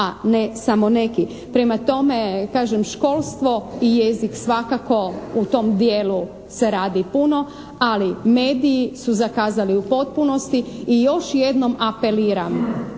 a ne samo neki. Prema tome, kažem, školstvo i jezik svakako u tom dijelu se radi puno, ali mediji su zakazali u potpunosti i još jednom apeliram